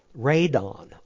radon